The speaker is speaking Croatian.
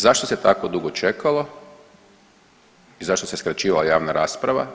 Zašto se tako dugo čekalo i zašto se skraćivala javna rasprava?